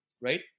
right